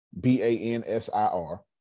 B-A-N-S-I-R